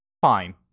fine